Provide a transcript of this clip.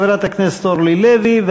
חברת הכנסת אורלי לוי,